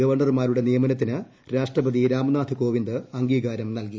ഗവർണ്ണർമാരുടെ നിയമനത്തിന് രാഷ്ട്രപതി രാംനാഥ് കോവിന്ദ് അംഗീകാരം നൽകി